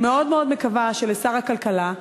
אני מאוד מקווה שלשר הכלכלה,